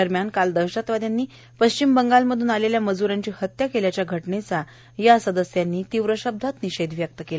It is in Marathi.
दरम्यान काल दहशतवाद्यांनी पश्चिम बंगालमधून आलेल्या मजूरांची हत्या केल्याच्या घटनेचा त्यांनी तीव्र शब्दात विषेध केला